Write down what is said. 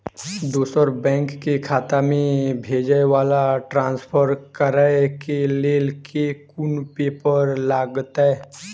दोसर बैंक केँ खाता मे भेजय वा ट्रान्सफर करै केँ लेल केँ कुन पेपर लागतै?